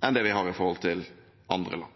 enn vi har overfor andre land.